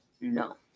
No